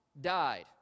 died